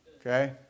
okay